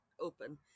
open